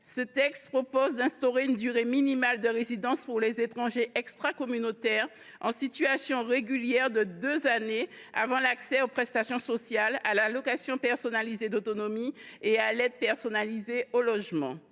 Ce texte tend à instaurer une durée minimale de résidence pour les étrangers extracommunautaires en situation régulière de deux années avant l’accès aux prestations sociales, à l’allocation personnalisée d’autonomie et à l’aide personnalisée au logement.